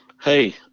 hey